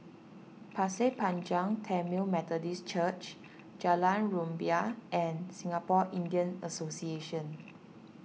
Pasir Panjang Tamil Methodist Church Jalan Rumbia and Singapore Indian Association